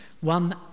one